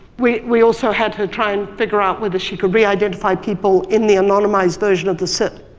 we we also had her try and figure out whether she could reidentify people in the anonymized version of the set.